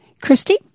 Christy